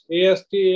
AST